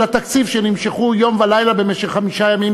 התקציב שנמשכו יום ולילה במשך חמישה ימים,